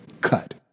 cut